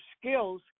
skills